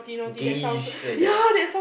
gayish like that ah